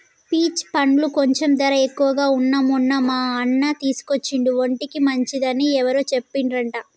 peach పండ్లు కొంచెం ధర ఎక్కువగా వున్నా మొన్న మా అన్న తీసుకొచ్చిండు ఒంటికి మంచిది అని ఎవరో చెప్పిండ్రంట